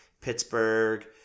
Pittsburgh